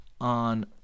on